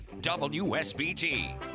WSBT